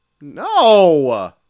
No